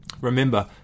remember